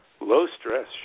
low-stress